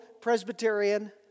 Presbyterian